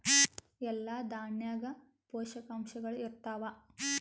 ಎಲ್ಲಾ ದಾಣ್ಯಾಗ ಪೋಷಕಾಂಶಗಳು ಇರತ್ತಾವ?